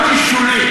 העלות היא שולית.